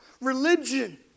Religion